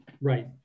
Right